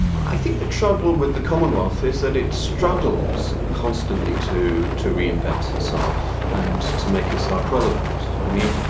i think the trouble with the commonwealth is that it struggles constantly to to reinvent itself and to make itself relevant. i mean,